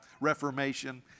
reformation